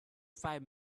five